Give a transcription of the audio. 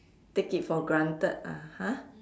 take it for granted ah !huh!